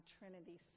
Trinity